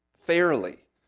fairly